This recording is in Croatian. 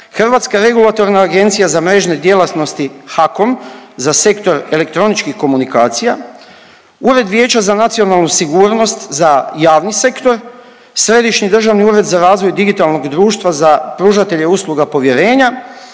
zrakoplovstvo za Sektor zračnog prometa, HAKOM za sektor za elektroničkih komunikacija, Ured Vijeća za nacionalnu sigurnost za javni sektor, Središnji državni ured za razvoj digitalnog društva za pružatelje usluga povjerenja,